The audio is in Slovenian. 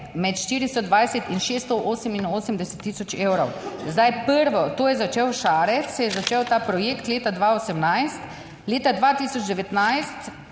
med 420 in 688 tisoč evrov. Zdaj prvo, to je začel Šarec, se je začel ta projekt leta 2018, leta 2019